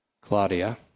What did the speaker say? Claudia